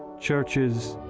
churches,